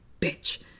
bitch